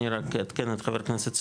אני רק אעדכן את חבר הכנסת סובה,